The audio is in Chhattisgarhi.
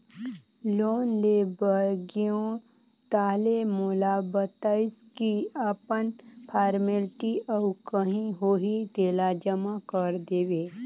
लोन ले बर गेंव ताहले मोला बताइस की अपन फारमेलटी अउ काही होही तेला जमा कर देबे